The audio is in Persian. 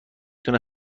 تونه